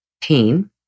pain